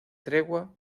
tregua